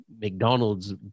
mcdonald's